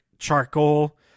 charcoal